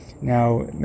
now